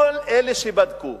כל אלה שבדקו